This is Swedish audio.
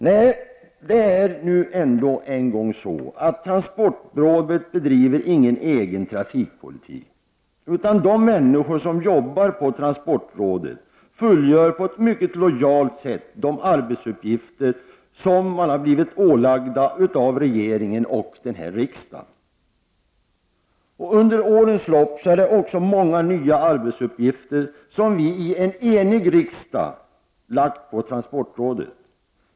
Nej, det är nu en gång så att transportrådet inte bedriver någon egen trafikpolitik, utan de människor som jobbar på transportrådet fullgör på ett mycket lojalt sätt de arbetsuppgifter som de har blivit ålagda av regeringen och riksdagen. Under årens lopp har också många nya uppgifter av en enig riksdag lagts på transportrådet.